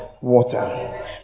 water